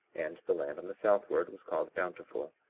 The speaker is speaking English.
and the land on the southward was called bountiful,